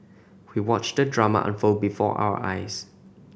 we watched the drama unfold before our eyes